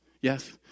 Yes